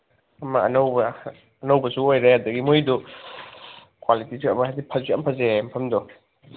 ꯑꯃ ꯑꯅꯧꯕ ꯑꯅꯧꯕꯁꯨ ꯑꯣꯏꯔꯦ ꯑꯗꯒꯤ ꯃꯣꯏꯗꯣ ꯀ꯭ꯋꯥꯂꯤꯇꯤꯁꯨ ꯑꯃ ꯍꯥꯏꯗꯤ ꯐꯖꯁꯨ ꯌꯥꯝ ꯐꯖꯩ ꯍꯥꯏꯌꯦ ꯃꯐꯝꯗꯣ